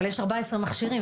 אבל יש 14 מכשירים,